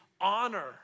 honor